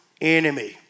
enemy